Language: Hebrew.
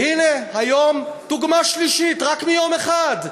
והנה, היום, דוגמה שלישית, רק מיום אחד.